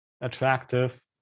attractive